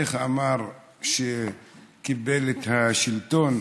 איך אמר כשקיבל את השלטון?